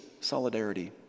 solidarity